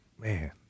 man